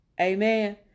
Amen